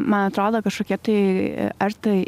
man atrodo kažkokie tai ar tai